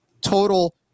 total